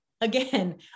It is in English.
Again